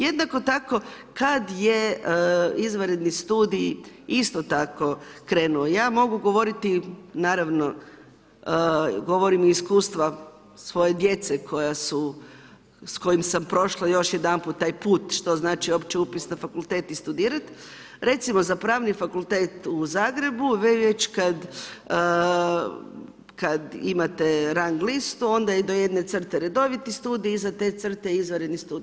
Jednako tako, kada je izvanredni studij, isto tako, krenuo, ja mogu govoriti, naravno i govorim iz iskustva svoje djece koja su, s kojim sam prošla još jedanput taj put, što znači uopće upis na fakultet i studirati, recimo za pravni fakultet u Zagrebu, već kada imate rang listu, onda je do jedne crte redoviti, iznad te crte izvanredni studij.